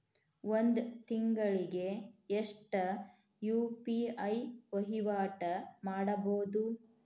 ಒಂದ್ ತಿಂಗಳಿಗೆ ಎಷ್ಟ ಯು.ಪಿ.ಐ ವಹಿವಾಟ ಮಾಡಬೋದು?